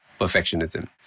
perfectionism